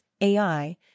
AI